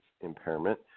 impairment